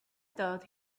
thought